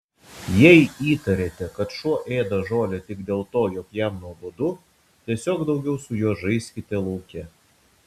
jei įtariate kad šuo ėda žolę tik dėl to jog jam nuobodu tiesiog daugiau su juo žaiskite lauke